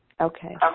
Okay